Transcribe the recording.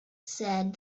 said